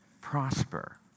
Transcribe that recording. prosper